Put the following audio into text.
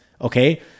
Okay